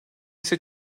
ise